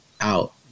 out